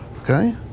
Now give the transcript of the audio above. okay